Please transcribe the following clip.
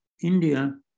India